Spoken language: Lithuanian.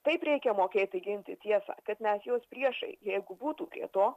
taip reikia mokėti ginti tiesą kad net jos priešai jeigu būtų kiek to